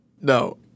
no